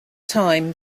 time